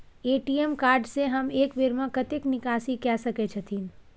ATM card से हम एक बेर में कतेक निकासी कय सके छथिन?